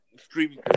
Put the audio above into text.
streaming